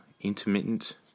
intermittent